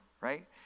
right